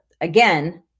again